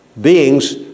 beings